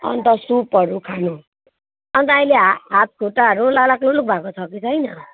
अन्त सुपहरू खानु अन्त अहिले हा हातखुट्टाहरू लल्याकलुलुक भएको छ कि छैन